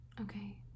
Okay